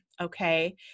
Okay